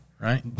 Right